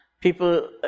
people